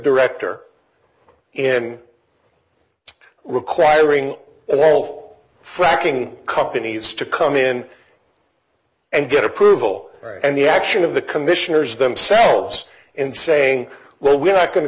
director in requiring at all fracking companies to come in and get approval and the action of the commissioners themselves in saying well we're not going to